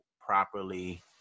properly